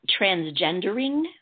transgendering